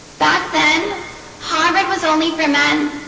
back then harvard was only for men